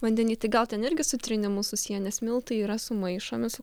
vandeny tai gal ten irgi su trynimu susiję nes miltai yra sumaišomi su